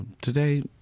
Today